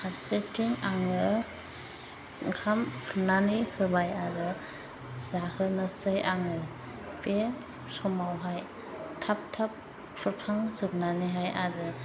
फारसेथिं आङो ओंखाम खुरनानै होबाय आरो जाहोनोसै आङो बे समावहाय थाब थाब खुरखां जोबनानैहाय आरो